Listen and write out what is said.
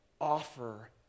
Offer